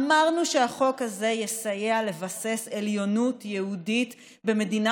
אמרנו שהחוק הזה יסייע לבסס עליונות יהודית במדינה